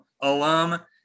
alum